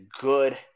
good